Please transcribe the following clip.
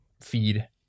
feed